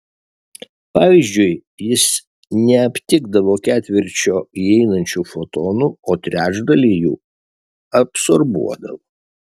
pavyzdžiui jis neaptikdavo ketvirčio įeinančių fotonų o trečdalį jų absorbuodavo